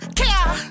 care